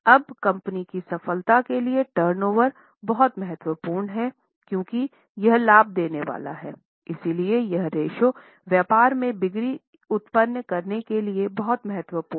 अब कंपनी की सफलता के लिए टर्नओवर बहुत महत्वपूर्ण है क्योंकि यह लाभ देने वाला है इसीलिए यह रेश्यो व्यापार में बिक्री उत्पन्न करने के लिए बहुत महत्वपूर्ण है